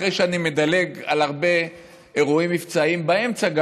אחרי שאני מדלג על הרבה אירועים מבצעיים באמצע,